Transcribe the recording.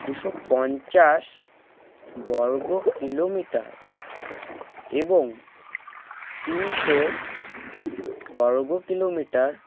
দুশো পঞ্চাশ বর্গ কিলোমিটার এবং তিনশো বর্গ কিলোমিটার